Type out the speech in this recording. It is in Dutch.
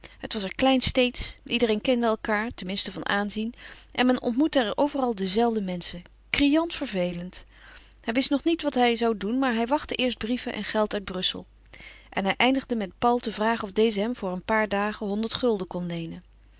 het was er kleinsteedsch iedereen kende elkander ten minste van aanzien en men ontmoette er overal de zelfde menschen criant vervelend hij wist nog niet wat hij zou doen maar hij wachtte eerst brieven en geld uit brussel en hij eindigde met paul te vragen of deze hem voor een paar dagen honderd gulden kon leenen